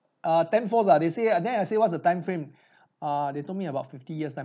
err tenfolds ah they said then I say what's the time frame err they told me about fifty years time